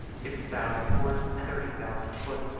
six thousand horse, and thirty thousand foot,